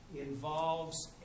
involves